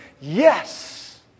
Yes